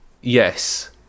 Yes